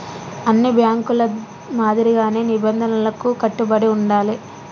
అన్ని బ్యేంకుల మాదిరిగానే నిబంధనలకు కట్టుబడి ఉండాలే